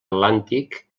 atlàntic